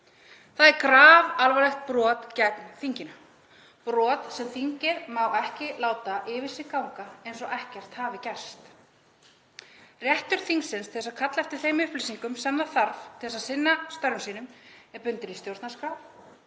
Það er grafalvarlegt brot gegn þinginu, brot sem þingið má ekki láta yfir sig ganga eins og ekkert hafi gerst. Réttur þingsins til að kalla eftir þeim upplýsingum sem það þarf til að sinna störfum sínum er bundinn í stjórnarskrá,